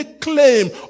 claim